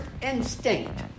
instinct